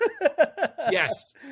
Yes